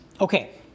Okay